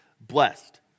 blessed